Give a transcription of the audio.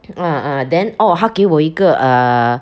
ah ah then orh 她给我一个 err